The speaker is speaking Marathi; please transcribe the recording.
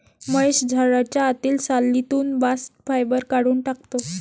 महेश झाडाच्या आतील सालीतून बास्ट फायबर काढून टाकतो